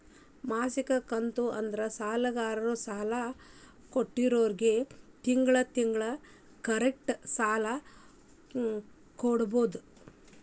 ಮಾಸಿಕ ಕಂತು ಅಂದ್ರ ಸಾಲಗಾರರು ಸಾಲ ಕೊಟ್ಟೋರ್ಗಿ ತಿಂಗಳ ತಿಂಗಳ ಕರೆಕ್ಟ್ ಸಾಲ ಕೊಡೋದ್